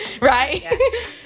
Right